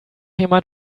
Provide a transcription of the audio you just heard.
jemand